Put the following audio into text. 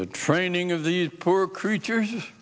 the training of the poor creature